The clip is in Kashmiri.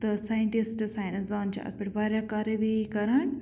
تہٕ ساینٹِسٹہٕ ساینَس داں چھِ اَتھ پٮ۪ٹھ واریاہ کاروٲیی کَران